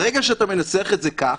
ברגע שאתה מנסח את זה כך,